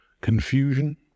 confusion